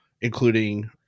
including